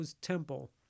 temple